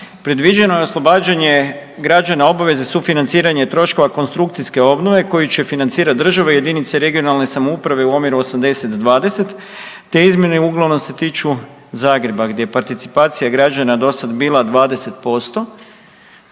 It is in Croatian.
Predviđeno je oslobađanje građana obaveze sufinanciranja troškova konstrukcijske obnove koji će financirati države i jedinice regionalne samouprave u omjeru 80-20. Te izmjene uglavnom se tiču Zagreba, gdje participacija građana dosad bila 20%,